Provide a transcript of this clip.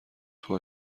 توی